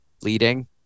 leading